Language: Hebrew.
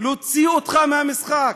להוציא אותך מהמשחק,